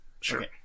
sure